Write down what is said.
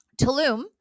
Tulum